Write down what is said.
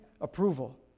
approval